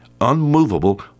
unmovable